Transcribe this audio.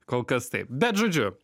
kol kas taip bet žodžiu